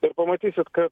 ir pamatysit kad